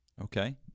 okay